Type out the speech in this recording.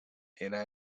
era